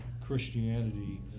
Christianity